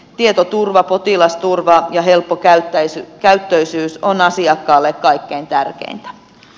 tietoturva potilasturva ja helppokäyttöisyys on asiakkaalle kaikkein tärkeintä